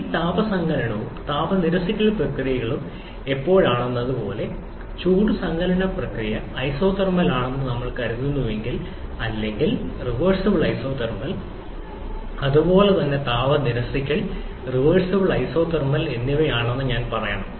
ഈ താപ സങ്കലനവും താപ നിരസിക്കൽ പ്രക്രിയകളും എപ്പോഴാണെന്നത് പോലെ ചൂട് സങ്കലന പ്രക്രിയ ഐസോതെർമൽ ആണെന്ന് നമ്മൾ കരുതുന്നുവെങ്കിൽ അല്ലെങ്കിൽ റിവേർസിബിൾ ഐസോതെർമൽ അതുപോലെ തന്നെ താപ നിരസിക്കൽ റിവേർസിബിൾ ഐസോതെർമൽ എന്നിവയാണെന്ന് ഞാൻ പറയണം